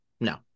No